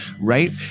right